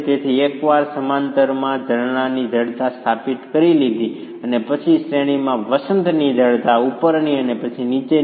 તેથી એકવાર મેં સમાંતરમાં ઝરણાની જડતા સ્થાપિત કરી લીધી અને પછી શ્રેણીમાં વસંતની જડતા ઉપરની અને પછી નીચેની